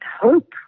hope